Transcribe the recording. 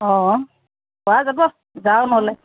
অ পৰা যাব যাওঁ নহ'লে